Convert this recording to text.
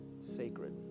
sacred